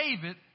David